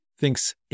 thinks